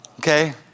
Okay